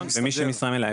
כי מי שהוא במשרה מלאה,